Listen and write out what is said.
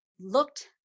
looked